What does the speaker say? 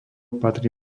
patrí